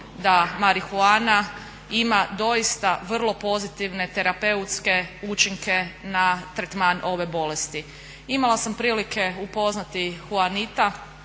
da marihuana ima doista vrlo pozitivne terapeutske učinke na tretman ove bolesti. Imala sam prilike upoznati Huanita